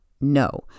no